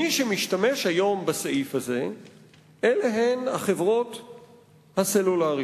מי שמשתמש היום בסעיף הזה אלה החברות הסלולריות.